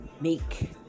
make